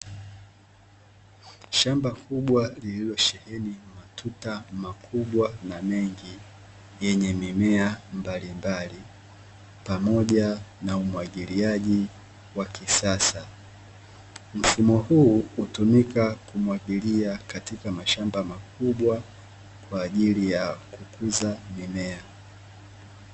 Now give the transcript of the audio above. Shamba kubwa lililosheheni matuta makubwa na mengi, yenye mimea mbalimbali pamoja na umwagiliaji wa kisasa. Mfumo huu hutumika kumwagilia katika mashamba makubwa kwa ajili ya kukuza mimea.